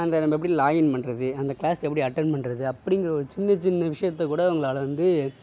அந்த நம்ம எப்படி லாகின் பண்ணுறது அந்த க்ளாஸ் எப்படி அட்டென்ட் பண்ணுறது அப்படிங்க ஒரு சின்ன சின்ன விஷயத்தை கூட அவங்களால் வந்து